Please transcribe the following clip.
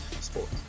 sports